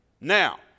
Now